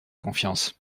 confiance